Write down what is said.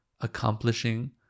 accomplishing